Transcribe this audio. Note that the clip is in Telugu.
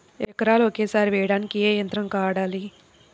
ఎకరాలు ఒకేసారి వేయడానికి ఏ యంత్రం వాడాలి?